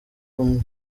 umwe